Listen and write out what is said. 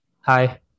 Hi